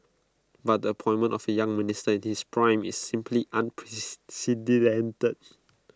but the appointment of A young minister in his prime is simply